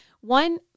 One